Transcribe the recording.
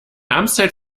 amtszeit